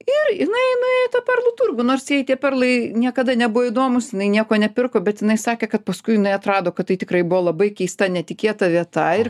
ir jinai nuėjo į tą perlų turgų nors jai tie perlai niekada nebuvo įdomūs jinai nieko nepirko bet jinai sakė kad paskui jinai atrado kad tai tikrai buvo labai keista netikėta vieta ir